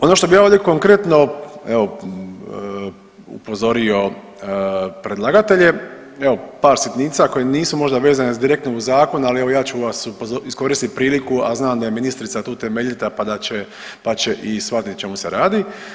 Ono što bi ja ovdje konkretno evo upozorio predlagatelje evo par sitnica koje nisu možda vezane direktno uz zakon, ali evo ja ću vas upozorit, iskoristit priliku, a znam da je ministrica tu temeljita, pa da će, pa će i shvatit o čemu se radi.